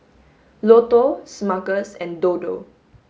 Lotto Smuckers and Dodo